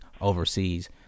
overseas